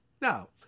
Now